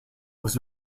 was